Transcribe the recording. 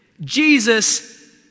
Jesus